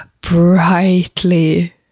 brightly